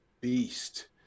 beast